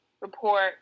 report